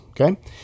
Okay